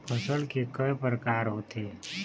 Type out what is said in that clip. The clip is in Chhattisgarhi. फसल के कय प्रकार होथे?